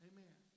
Amen